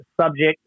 subject